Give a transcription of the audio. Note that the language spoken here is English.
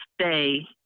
stay